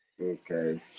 Okay